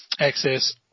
access